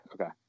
okay